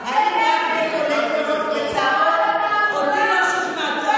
איך תסבירי לחברות זרות שיפסיקו להשקיע